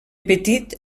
petit